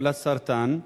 חולת סרטן.